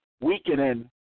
weakening